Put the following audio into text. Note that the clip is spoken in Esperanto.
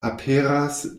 aperas